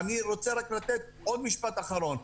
ואני רוצה רק לתת עוד משפט אחרון.